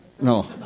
No